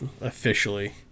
officially